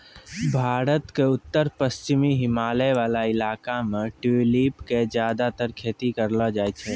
भारत के उत्तर पश्चिमी हिमालय वाला इलाका मॅ ट्यूलिप के ज्यादातर खेती करलो जाय छै